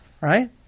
right